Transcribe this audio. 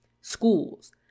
schools